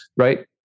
Right